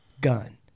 gun